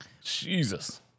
Jesus